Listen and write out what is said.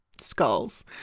skulls